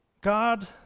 God